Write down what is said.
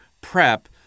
prep